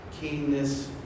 keenness